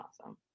awesome